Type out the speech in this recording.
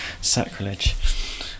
sacrilege